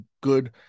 good